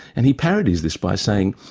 and he parodies this by saying,